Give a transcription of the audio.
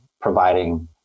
providing